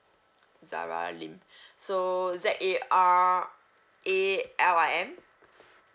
zara lim so Z A R A L I M